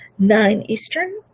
nine eastern